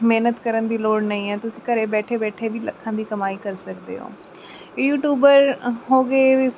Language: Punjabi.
ਮਿਹਨਤ ਕਰਨ ਦੀ ਲੋੜ ਨਹੀਂ ਹੈ ਤੁਸੀਂ ਘਰੇ ਬੈਠੇ ਬੈਠੇ ਵੀ ਲੱਖਾਂ ਦੀ ਕਮਾਈ ਕਰ ਸਕਦੇ ਹੋ ਯੂਟਿਊਬਰ ਹੋ ਗਏ ਵੀ